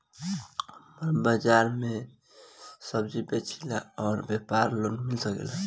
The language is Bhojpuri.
हमर बाजार मे सब्जी बेचिला और व्यापार लोन मिल सकेला?